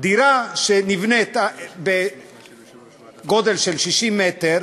דירה שנבנית בגודל 60 מ"ר